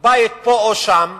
בית פה או שם,